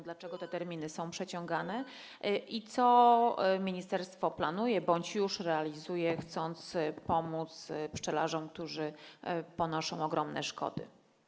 Dlaczego te terminy są przeciągane i co ministerstwo planuje bądź już realizuje, chcąc pomóc pszczelarzom, którzy ponoszą ogromne szkody?